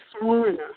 foreigner